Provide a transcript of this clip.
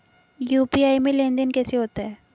UPI में लेनदेन कैसे होता है?